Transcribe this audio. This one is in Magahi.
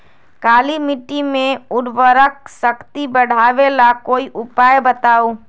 काली मिट्टी में उर्वरक शक्ति बढ़ावे ला कोई उपाय बताउ?